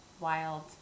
wild